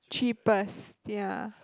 cheapest ya